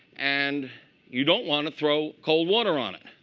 and you don't want to throw cold water on it.